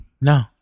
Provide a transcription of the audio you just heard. No